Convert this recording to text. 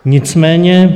Nicméně...